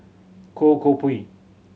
Goh Koh Pui